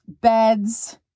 beds